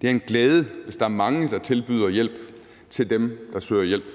Det er en glæde, hvis der er mange, der tilbyder hjælp til dem, der søger hjælp.